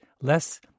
less